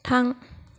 थां